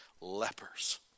lepers